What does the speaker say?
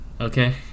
Okay